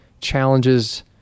challenges